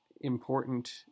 important